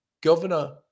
Governor